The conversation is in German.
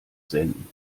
senden